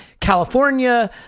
California